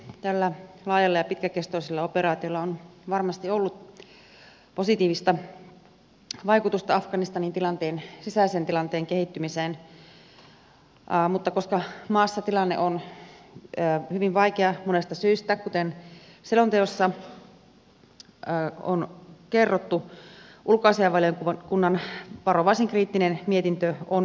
tällä laajalla ja pitkäkestoisella operaatiolla on varmasti ollut positiivista vaikutusta afganistanin sisäisen tilanteen kehittymiseen mutta koska maassa tilanne on hyvin vaikea monesta syystä kuten selonteossa on kerrottu ulkoasiainvaliokunnan varovaisen kriittinen mietintö on ymmärrettävä